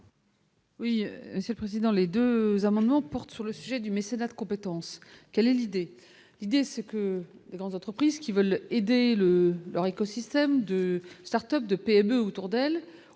Oui, ce président les 2 amendements portent sur le sujet du mécénat de compétences, quelle est l'idée, l'idée c'est que les grandes entreprises qui veulent aider le leur écosystème de start-ups de PME autour d'elle